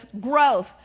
growth